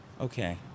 Okay